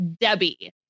Debbie